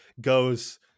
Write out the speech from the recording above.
goes